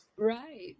Right